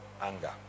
anger